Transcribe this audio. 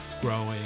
growing